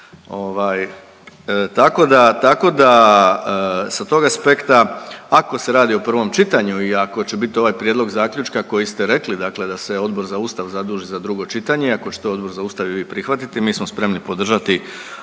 tako da sa tog aspekta ako se radi o prvom čitanju i ako će biti ovaj prijedlog zaključka koji ste rekli, dakle da se Odbor za Ustav zaduži za drugo čitanje i ako ćete Odbor za Ustav i vi prihvatiti mi smo spremni podržati